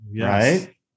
Right